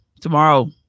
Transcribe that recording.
Tomorrow